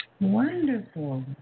Wonderful